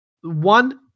one